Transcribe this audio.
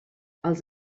els